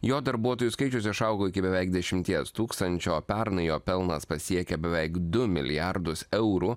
jo darbuotojų skaičius išaugo iki beveik dešimties tūkstančių o pernai jo pelnas pasiekė beveik du milijardus eurų